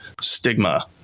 stigma